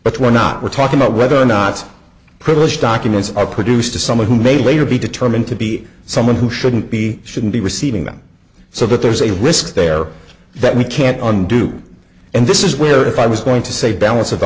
but we're not we're talking about whether or not privileged documents are produced to someone who may later be determined to be someone who shouldn't be shouldn't be receiving them so that there's a risk there that we can't undo and this is where if i was going to say the balance of the